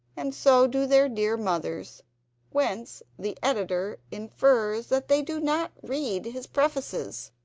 and so do their dear mothers whence the editor infers that they do not read his prefaces,